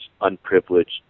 unprivileged